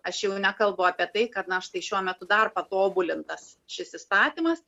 aš jau nekalbu apie tai kad na štai šiuo metu dar patobulintas šis įstatymas